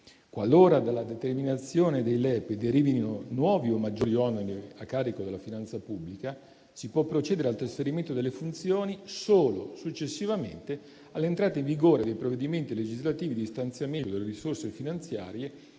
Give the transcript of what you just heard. Qualora dalla determinazione dei LEP derivino nuovi o maggiori oneri a carico della finanza pubblica, si può procedere al trasferimento delle funzioni solo successivamente all'entrata in vigore dei provvedimenti legislativi di stanziamento delle risorse finanziarie